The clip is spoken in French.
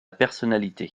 personnalité